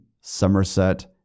Somerset